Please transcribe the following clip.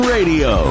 Radio